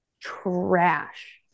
trash